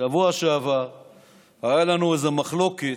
בשבוע שעבר הייתה לנו איזו מחלוקת.